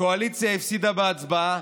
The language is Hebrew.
הקואליציה הפסידה בהצבעה.